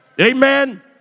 Amen